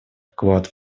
вклад